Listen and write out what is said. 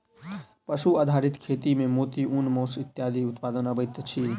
पशु आधारित खेती मे मोती, ऊन, मौस इत्यादिक उत्पादन अबैत अछि